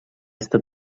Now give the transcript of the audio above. estat